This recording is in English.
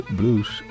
blues